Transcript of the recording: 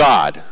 God